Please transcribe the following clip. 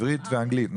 עברית ואנגלית.